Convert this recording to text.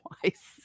twice